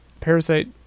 Parasite